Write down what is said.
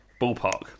ballpark